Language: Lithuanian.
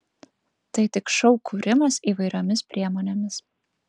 tai tik šou kūrimas įvairiomis priemonėmis